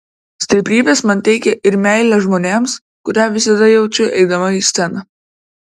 stiprybės man teikia ir meilė žmonėms kurią visada jaučiu eidama į sceną